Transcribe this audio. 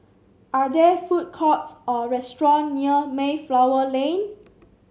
are there food courts or restaurants near Mayflower Lane